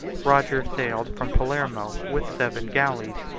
roger sailed from palermo with seven galleys,